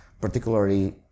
particularly